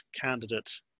candidate